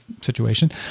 situation